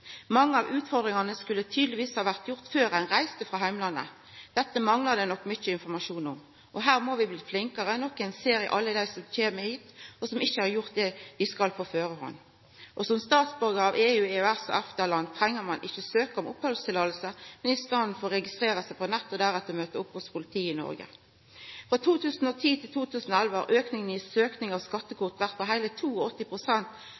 Mange av utfordringane skulle dei tydelegvis ha gjort noko med før dei reiste frå heimlandet. Dette manglar det nok mykje informasjon om, og her må vi bli flinkare. Ein ser dette når det gjeld alle som kjem hit og ikkje har gjort det dei skal på førehand. Som statsborgar i EU-, EØS- og EFTA-land treng ein ikkje søkja om opphaldsløyve, men i staden registrera seg på nettet og deretter møta opp hos politiet i Noreg. Frå 2010 til 2011 har auken i